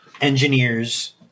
engineers